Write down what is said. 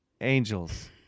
angels